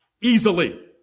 easily